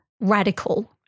radical